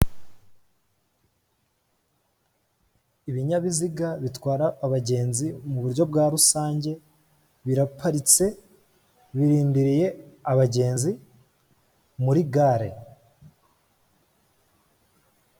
Ibinyabiziga bitwara abagenzi mu buryo bwa rusange biraparitse birindiriye abagenzi muri gare.